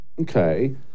Okay